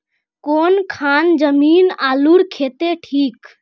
कौन खान जमीन आलूर केते ठिक?